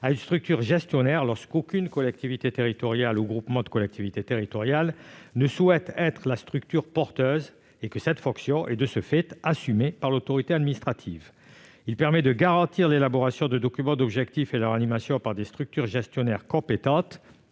à une structure gestionnaire, lorsqu'aucune collectivité territoriale ou aucun groupement de collectivités territoriales ne souhaite être la structure porteuse et que cette fonction est, de ce fait, assumée par l'autorité administrative. Il permet de garantir l'élaboration de documents d'objectifs et leur animation par des structures gestionnaires compétentes